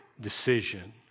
decision